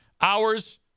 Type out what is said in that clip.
Hours